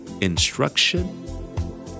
instruction